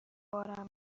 بارم